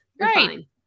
right